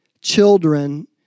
children